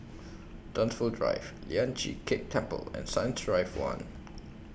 Dunsfold Drive Lian Chee Kek Temple and Science Drive one